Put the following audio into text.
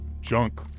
junk